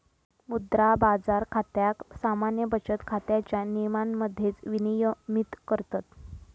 मुद्रा बाजार खात्याक सामान्य बचत खात्याच्या नियमांमध्येच विनियमित करतत